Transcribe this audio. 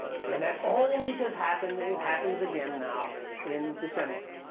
and that always has happened, and it happens again now in december.